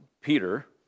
Peter